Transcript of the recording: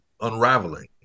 unraveling